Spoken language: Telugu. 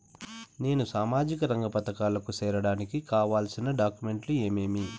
నేను సామాజిక రంగ పథకాలకు సేరడానికి కావాల్సిన డాక్యుమెంట్లు ఏమేమీ?